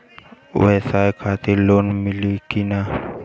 ब्यवसाय खातिर लोन मिली कि ना?